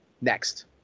next